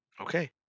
Okay